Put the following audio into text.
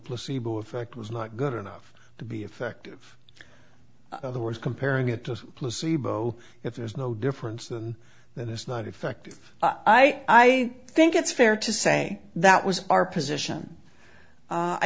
placebo effect was not good enough to be effective other words comparing it to a placebo if there's no difference and that it's not effective i think it's fair to say that was our position